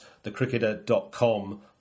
thecricketer.com